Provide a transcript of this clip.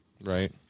right